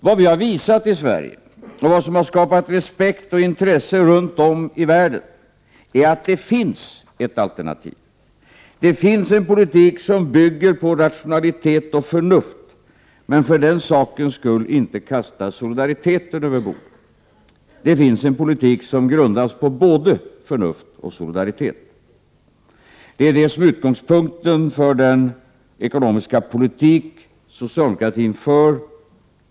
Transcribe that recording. Vad vi har visat i Sverige och vad som skapat respekt och intresse runt om i världen är att det finns ett alternativ. Det finns en politik som bygger på rationalitet och förnuft, men för den sakens skull inte kastar solidariteten över bord. Det finns en politik som grundas på både förnuft och solidaritet. Det är det som är utgångspunkten för den ekonomiska politik socialdemokratin för.